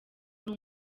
ari